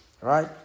right